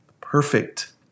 perfect